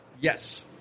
Yes